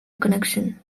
connection